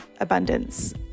abundance